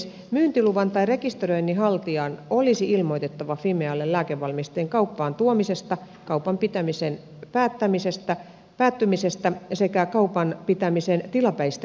myyntiluvan tai rekisteröinnin haltijan olisi ilmoitettava fimealle lääkevalmisteen kauppaan tuomisesta kaupan pitämisen päättymisestä sekä kaupan pitämisen tilapäisistä keskeytyksistä